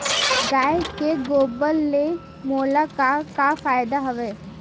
गाय के गोबर ले मोला का का फ़ायदा हवय?